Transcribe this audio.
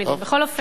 בכל אופן,